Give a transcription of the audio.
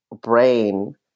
brain